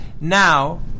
Now